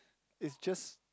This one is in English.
it's just